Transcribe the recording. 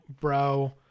bro